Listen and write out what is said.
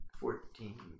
fourteen